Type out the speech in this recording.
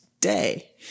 day